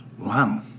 wow